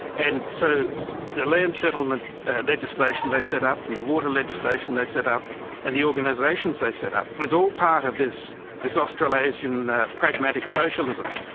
and so the land settlement legislation they set up, and the water legislation they set up and the organisations they set up, was all part of this this australasian pragmatic socialism,